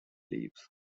leaves